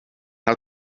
how